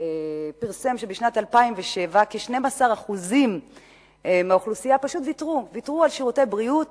פרסם שבשנת 2007 כ-12% מהאוכלוסייה פשוט ויתרו על שירותי בריאות